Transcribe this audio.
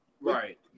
right